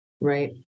Right